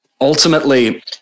ultimately